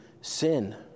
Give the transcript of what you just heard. sin